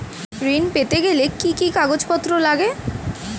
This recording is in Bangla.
ঋণ পেতে গেলে কি কি কাগজপত্র লাগে?